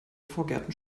vorgärten